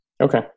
okay